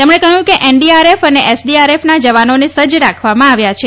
તેમણે કહ્યું એનડીઆરએફ અને એસડીઆરએફના જવાનોને સજ્જ રાખવામાં આવ્યા છે